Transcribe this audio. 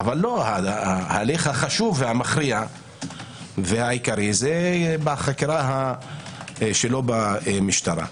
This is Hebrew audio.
אבל ההליך החשוב והמכריע והעיקרי זה בחקירה שלו במשטרה.